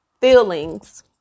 feelings